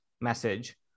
message